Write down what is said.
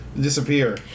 disappear